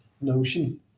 notion